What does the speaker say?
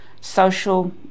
social